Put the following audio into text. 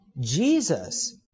Jesus